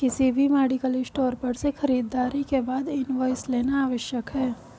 किसी भी medical store पर से खरीदारी के बाद इनवॉइस लेना आवश्यक है